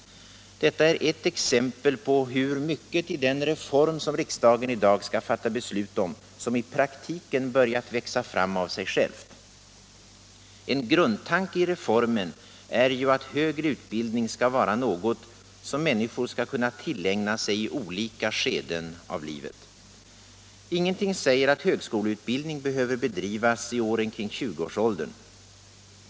Detta är ett exempel på hur mycket i den reform riksdagen i dag skall fatta beslut om som i praktiken börjat växa fram av sig självt. En grundtanke i reformen är att högre utbildning skall vara något som människor skall kunna tillägna sig i olika skeden av livet. Ingenting säger att högskoleutbildning behöver bedrivas i åren kring tjugoårsåldern.